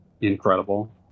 incredible